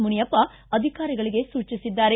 ಮುನಿಯಪ್ಪ ಅಧಿಕಾರಿಗಳಿಗೆ ಸೂಚಿಸಿದ್ದಾರೆ